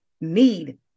need